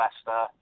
investor